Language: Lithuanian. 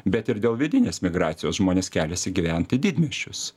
bet ir dėl vidinės migracijos žmonės keliasi gyvent į didmiesčius